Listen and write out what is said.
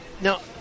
Now